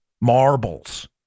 marbles